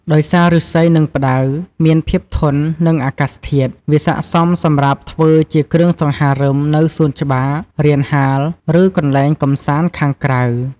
ដោយសារឫស្សី និងផ្តៅមានភាពធន់នឹងអាកាសធាតុ វាស័ក្តិសមសម្រាប់ធ្វើជាគ្រឿងសង្ហារឹមនៅសួនច្បារ រានហាល ឬកន្លែងកម្សាន្តខាងក្រៅ។